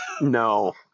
No